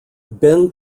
ben